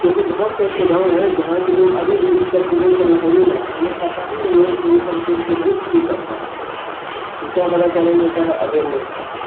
کیونکہ بہت سے ایسے گاؤں ہیں جہاں کے لوگ ابھی بھی ان سب چیزوں سے محروم ہیں انہیں پتہ ہی نہیں ہے کہ یہ سب چیز ایگزسٹ بھی کرتا ہے دوسرا بڑا چیلنج ہوتا ہے اویئرنیس کا